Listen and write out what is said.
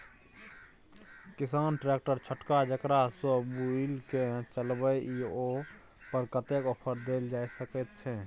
किसान ट्रैक्टर छोटका जेकरा सौ बुईल के चलबे इ ओय पर कतेक ऑफर दैल जा सकेत छै?